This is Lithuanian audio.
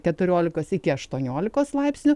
keturiolikos iki aštuoniolikos laipsnių